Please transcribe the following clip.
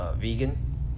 vegan